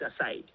aside